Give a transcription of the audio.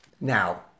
Now